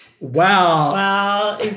Wow